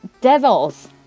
devils